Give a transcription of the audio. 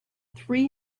three